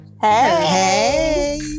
hey